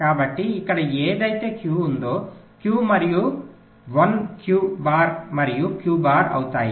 కాబట్టి ఇక్కడ ఏదైతే Q ఉందో Q మరియు 1 Q బార్ మరియు Q బార్ అవుతాయి